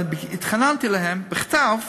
התחננתי אליהם בכתב: